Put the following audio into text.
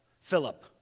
Philip